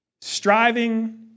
Striving